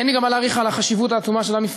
אין לי גם מה להאריך על החשיבות העצומה של המפעל,